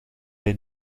hij